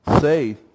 say